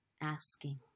asking